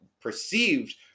perceived